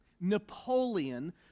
Napoleon